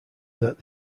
that